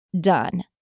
done